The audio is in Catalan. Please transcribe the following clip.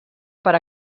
per